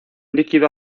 líquido